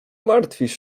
martwisz